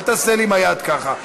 אל תעשה לי עם היד ככה,